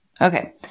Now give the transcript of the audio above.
Okay